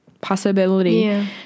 possibility